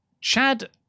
Chad